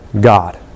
God